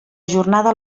jornada